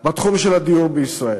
בתחום של הדיור בישראל.